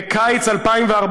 בקיץ 2014,